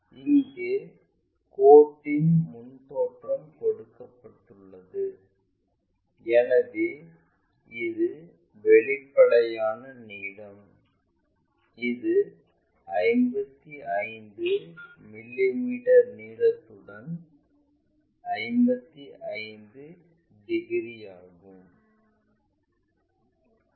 இங்கே கோட்டின் முன் தோற்றம் கொடுக்கப்பட்டுள்ளது எனவே இது வெளிப்படையான நீளம் இது 55 மிமீ நீளத்துடன் 55 டிகிரி ஆகும்